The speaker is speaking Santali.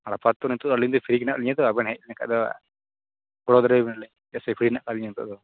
ᱟᱯᱟᱛᱚᱛᱚ ᱱᱤᱛᱫᱚ ᱟ ᱞᱤᱧ ᱫᱚ ᱯᱨᱤᱜᱮ ᱦᱮᱱᱟᱜ ᱞᱤᱧᱟᱹᱼᱛᱚ ᱟ ᱵᱤᱱ ᱵᱤᱱ ᱦᱮᱡ ᱞᱮᱱ ᱠᱷᱟᱱᱫᱚ ᱜᱚᱲᱚ ᱫᱟᱲᱮᱭᱟᱵᱤᱱᱟᱹᱞᱤᱧ ᱪᱮᱠᱟᱥᱮ ᱯᱷᱨᱤ ᱦᱮᱱᱟᱜ ᱠᱟᱜ ᱞᱤᱧᱟ ᱱᱤᱛᱳᱜᱼᱫᱚ